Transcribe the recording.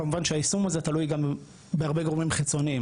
כמובן שהיישום הזה תלוי גם בהרבה גורמים חיצוניים.